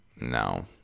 no